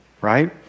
Right